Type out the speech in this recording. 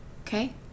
Okay